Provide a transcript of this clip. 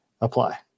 apply